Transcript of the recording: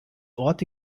orte